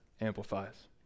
amplifies